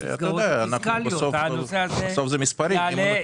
בסוף זה מספרים.